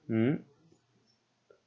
mm